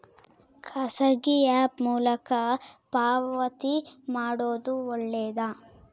ಖಾಸಗಿ ಆ್ಯಪ್ ಮೂಲಕ ಪಾವತಿ ಮಾಡೋದು ಒಳ್ಳೆದಾ?